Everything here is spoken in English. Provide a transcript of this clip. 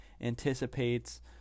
anticipates